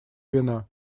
вина